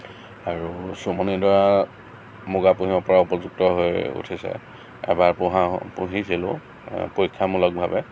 আৰু চোমনি ডৰাত মুগা পুহিব পৰা উপযুক্ত হৈ উঠিছে এবাৰ পুহা পুহিছিলোঁ পৰীক্ষামূলক ভাৱে